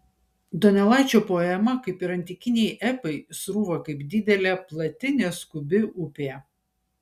donelaičio poema kaip ir antikiniai epai srūva kaip didelė plati neskubi upė